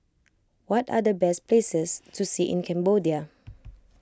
what are the best places to see in Cambodia